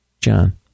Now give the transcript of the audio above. John